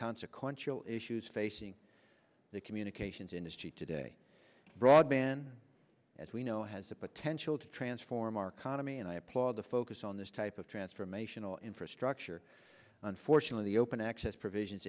consequential issues facing the communications industry today broadband as we know has the potential to transform our condo me and i applaud the focus on this type of transformational infrastructure unfortunately the open access provisions